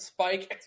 Spike